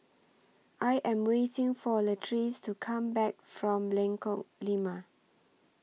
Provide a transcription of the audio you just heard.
I Am waiting For Latrice to Come Back from Lengkong Lima